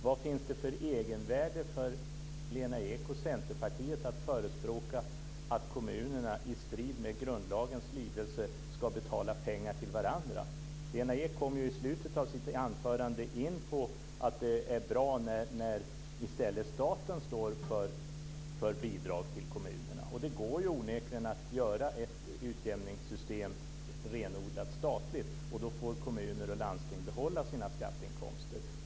Vad finns det för egenvärde för Lena Ek och Centerpartiet för att förespråka att kommunerna i strid med grundlagens lydelse ska betala till varandra? Lena Ek kommer i slutet av sitt anförande in på att det är bra när i stället staten står för bidrag till kommunerna. Det går onekligen att göra ett utjämningssystem renodlat statligt, och då får kommuner och landsting behålla sina skatteinkomster.